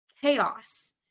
chaos